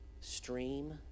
stream